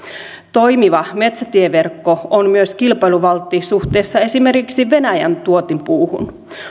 toimiva metsätieverkko on myös kilpailuvaltti suhteessa esimerkiksi venäjän tuontipuuhun